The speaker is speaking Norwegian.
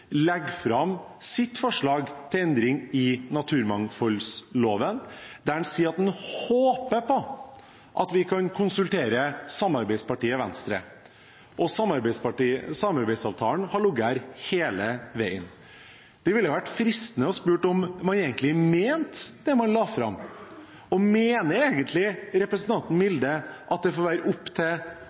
legger fram sitt forslag til endringer i naturmangfoldloven, og han sier at han håper på å kunne konsultere samarbeidspartiet Venstre. Samarbeidsavtalen har ligget til grunn hele veien. Det ville vært fristende å spørre om man egentlig mente det man la fram. Og mener egentlig representanten Milde at det får være opp til